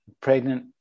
pregnant